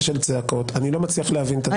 של צעקות ואני לא מצליח להבין את הדבר הזה.